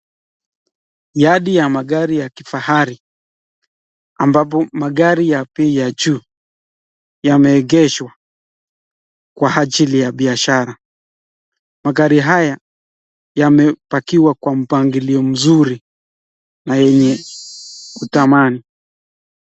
Yadi ya magari ya kifahari ambapo magari ya bei ya juu yameegeshwa kwa ajili ya biashara, magari haya yamepakiwa kwa mpangilio mzuri na yenye kutamani.